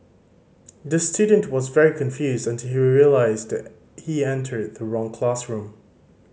the student was very confused until he realised he entered the wrong classroom